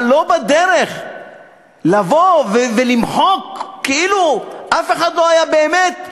אבל לא בדרך לבוא ולמחוק כאילו אף אחד לא היה באמת.